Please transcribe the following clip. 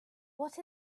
what